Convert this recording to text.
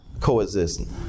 coexist